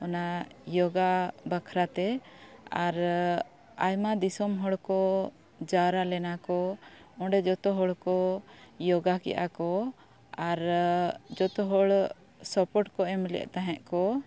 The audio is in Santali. ᱚᱱᱟ ᱡᱳᱜᱟ ᱵᱟᱠᱷᱨᱟᱛᱮ ᱟᱨ ᱟᱭᱢᱟ ᱫᱤᱥᱚᱢ ᱦᱚᱲᱠᱚ ᱡᱟᱣᱨᱟ ᱞᱮᱱᱟ ᱠᱚ ᱚᱸᱰᱮ ᱡᱚᱛᱚ ᱦᱚᱲ ᱠᱚ ᱡᱳᱜᱟ ᱠᱮᱜᱼᱟᱠᱚ ᱟᱨ ᱡᱚᱛᱚ ᱦᱚᱲ ᱥᱟᱯᱳᱨᱴ ᱠᱚ ᱮᱢᱞᱮᱫ ᱛᱟᱦᱮᱸᱜ ᱠᱚ